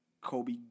Kobe –